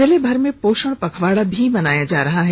जिले भर मे पोषण पखवाड़ा भी मनाया जा रहा है